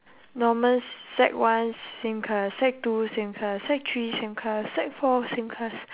norman sec one same class sec two same class sec three same class sec four same class